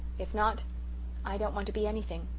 if not i don't want to be anything.